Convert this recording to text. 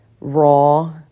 raw